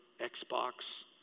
Xbox